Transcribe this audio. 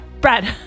Brad